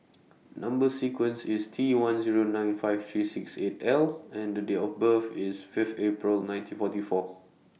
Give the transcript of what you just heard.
Number sequence IS T one Zero nine five three six eight L and Date of birth IS five April nineteen forty four